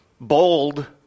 bold